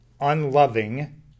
unloving